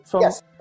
Yes